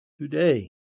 today